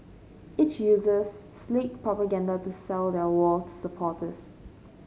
each uses slick propaganda to sell their war to supporters